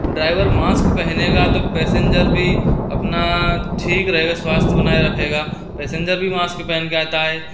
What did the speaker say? driver mask पहनेगा तो passenger भी अपना ठीक रहेगा अपना स्वास्थ बनाए रखेगा पैसेंजर भी मास्क पहन कर आता है